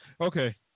Okay